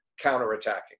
counterattacking